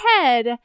head